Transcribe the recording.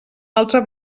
altre